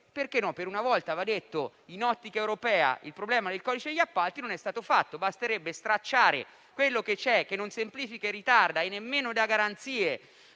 perché no? Per una volta va detto - in ottica europea il problema del codice degli appalti, non è stato fatto. Basterebbe stracciare quello che c'è, che non semplifica e ritarda e nemmeno dà garanzie